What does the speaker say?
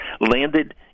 landed